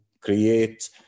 create